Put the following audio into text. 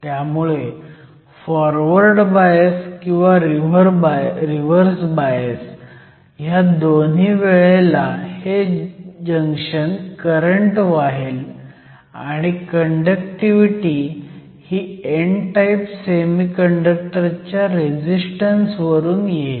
त्यामुळे forward bias किंवा reverse bias ह्या दोन्ही वेळेला हे जंक्शन करंट वाहेल आणि कंडक्टिव्हिटी ही n टाईप सेमिकंडक्टर च्या रेझिस्टन्स वरून येईल